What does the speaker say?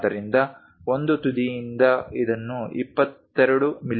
ಆದ್ದರಿಂದ ಒಂದು ತುದಿಯಿಂದ ಇದನ್ನು 22 ಮಿ